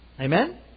Amen